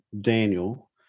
Daniel